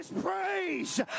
praise